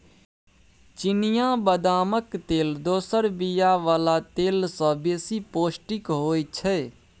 चिनियाँ बदामक तेल दोसर बीया बला तेल सँ बेसी पौष्टिक होइ छै